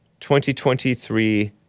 2023